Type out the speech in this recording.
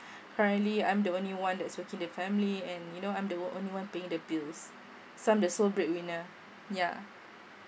currently I am the only one that's working in the family and you know I'm the only one paying the bills so I'm the sole bread winner yeah